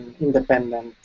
independent